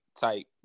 type